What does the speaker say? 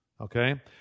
Okay